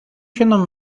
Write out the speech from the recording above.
чином